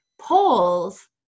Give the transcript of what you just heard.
polls